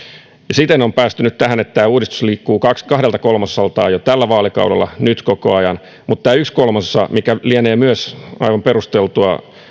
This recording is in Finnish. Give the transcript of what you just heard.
siten on päästy nyt tähän että tämä uudistus liikkuu kahdelta kolmasosaltaan jo tällä vaalikaudella nyt koko ajan mutta tämän yhden kolmasosan mikä myös lienee aivan perusteltua